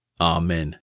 Amen